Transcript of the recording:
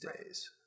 days